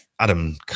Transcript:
Adam